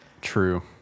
True